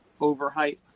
overhype